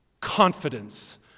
confidence